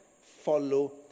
Follow